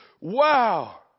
wow